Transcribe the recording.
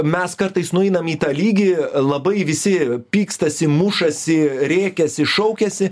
mes kartais nueinam į tą lygį labai visi pykstasi mušasi rėkiasi šaukiasi